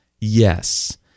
Yes